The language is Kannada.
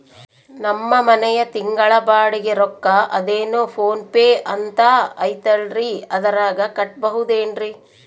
ನಮ್ಮ ಮನೆಯ ತಿಂಗಳ ಬಾಡಿಗೆ ರೊಕ್ಕ ಅದೇನೋ ಪೋನ್ ಪೇ ಅಂತಾ ಐತಲ್ರೇ ಅದರಾಗ ಕಟ್ಟಬಹುದೇನ್ರಿ?